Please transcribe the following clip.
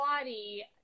body